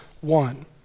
one